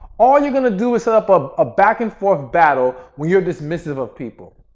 all you're going to do is set up a ah back and forth battle when you're dismissive of people.